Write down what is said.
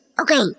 okay